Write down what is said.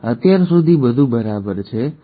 અત્યાર સુધી બધું બરાબર છે એટલે સારું